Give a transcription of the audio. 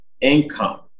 income